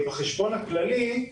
אמנם בחשבון הכללי,